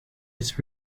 its